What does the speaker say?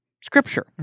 scripture